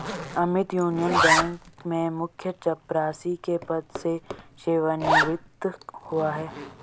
Amit Union Bank में मुख्य चपरासी के पद से सेवानिवृत हुआ है